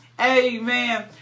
amen